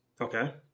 Okay